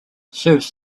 serves